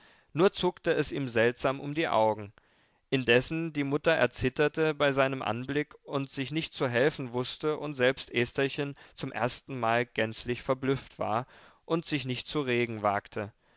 nur zuckte es ihm seltsam um die augen indessen die mutter erzitterte bei seinem anblick und sich nicht zu helfen wußte und selbst estherchen zum erstenmal gänzlich verblüfft war und sich nicht zu regen wagte